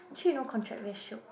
actually no contract very shiok